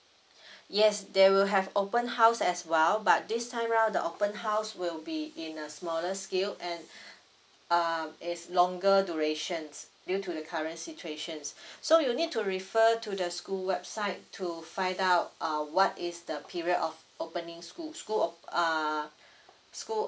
yes they will have open house as well but this time round the open house will be in a smaller scale and um is longer duration due to the current situation so you need to refer to the school website to find out uh what is the period of opening school school op~ uh school